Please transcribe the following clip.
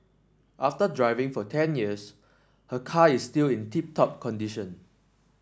after driving for ten years her car is still in tip top condition